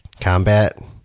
combat